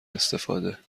استفاده